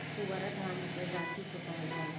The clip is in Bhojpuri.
पुअरा धान के डाठी के कहल जाला